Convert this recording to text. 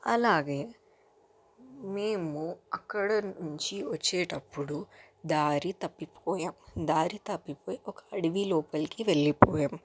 అలాగే మేము అక్కడ నుంచి వచ్చేటప్పుడు దారి తప్పిపోయాం దారి తప్పిపోయి ఒక అడవి లోపలికి వెళ్ళిపోయాం